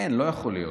אין, לא יכול להיות.